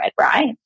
right